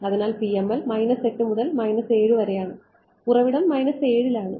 അതിനാൽ PML 8 മുതൽ 7 വരെയാണ് ഉറവിടം 7 ൽ ആണ്